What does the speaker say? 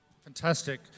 Fantastic